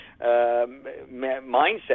mindset